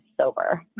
sober